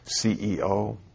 CEO